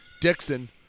Dixon